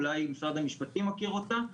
אולי משרד המשפטים מכיר אותם,